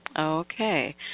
Okay